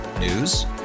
News